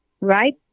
right